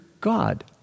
God